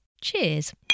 Cheers